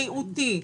בריאותית,